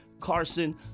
Carson